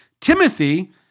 Timothy